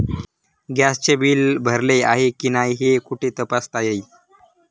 गॅसचे बिल भरले आहे की नाही हे कुठे तपासता येईल?